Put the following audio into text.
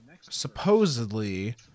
supposedly